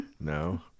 No